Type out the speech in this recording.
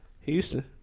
Houston